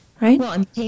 Right